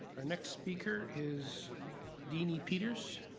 our next speaker is deany peters.